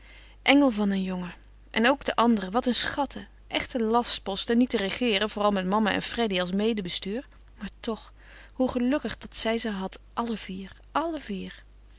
engel van een jongen en ook de anderen wat een schatten echte lastposten niet te regeeren vooral met mama en freddy als medebestuur maar toch hoe gelukkig dat zij ze had alle vier alle vier